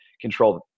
control